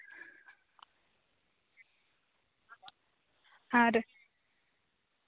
ᱟᱨ